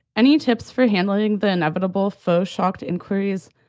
any tips for handling the inevitable faux shocked inquiries?